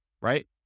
right